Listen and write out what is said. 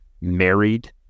married